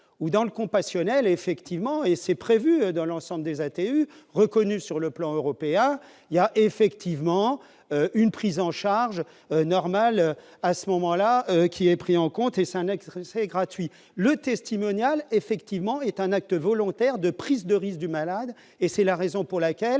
ou dans le compassionnel effectivement et c'est prévu dans l'ensemble des atténue reconnue sur le plan européen, il y a effectivement une prise en charge normale à ce moment-là, qui est pris en compte et c'est un extrait c'est gratuit le testimonial effectivement est un acte volontaire de prise de risque du malade et c'est la raison pour laquelle